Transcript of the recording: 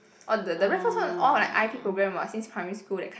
orh the the Raffles one all like I_P program what since primary school that kind